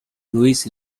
louis